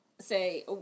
Say